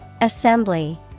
Assembly